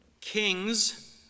kings